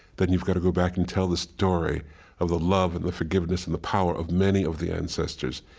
then you've got to go back and tell the story of the love and the forgiveness and the power of many of the ancestors.